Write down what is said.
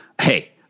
Hey